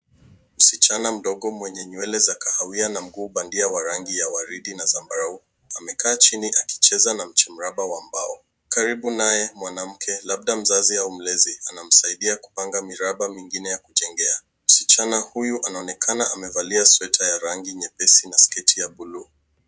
Msichana mdogo mwenye nywele za kahawia na mguu bandia wa rangi ya waridi na zambarau, amekaa chini akicheza na mche mraba wa mbao. Karibu naye, mwanamke, labda mzazi au mlezi anamsaidia kupanga miraba mingine ya kujengea. Msichana huyu anaonekana amevalia sweta ya rangi nyepesi na sketi ya buluu.